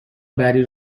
بری